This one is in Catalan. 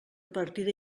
partida